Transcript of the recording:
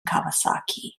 kawasaki